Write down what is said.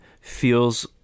Feels